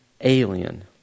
alien